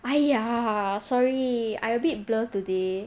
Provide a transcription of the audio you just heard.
!aiya! sorry I a bit blur today